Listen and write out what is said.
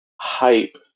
hype